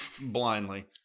blindly